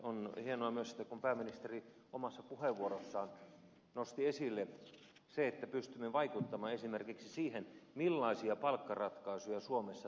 on hienoa myös kun pääministeri omassa puheenvuorossaan nosti esille sen että pystymme vaikuttamaan esimerkiksi siihen millaisia palkkaratkaisuja suomessa tehdään